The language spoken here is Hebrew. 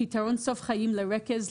פיתרון סוף חיים לרכז,